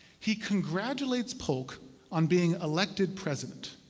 he congratulates polk on being elected president.